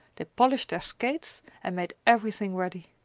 they polished their skates and made everything ready.